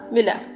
Villa